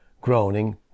groaning